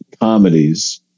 comedies